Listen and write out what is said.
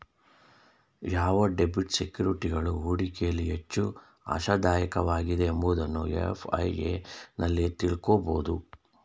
ಯಾವ ಡೆಬಿಟ್ ಸೆಕ್ಯೂರಿಟೀಸ್ಗಳು ಹೂಡಿಕೆಯಲ್ಲಿ ಹೆಚ್ಚು ಆಶಾದಾಯಕವಾಗಿದೆ ಎಂಬುದನ್ನು ಎಫ್.ಐ.ಎ ನಲ್ಲಿ ತಿಳಕೋಬೋದು